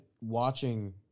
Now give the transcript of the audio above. watching